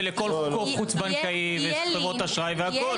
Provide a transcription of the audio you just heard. לכל גוף חוץ בנקאי וחברות אשראי והכל.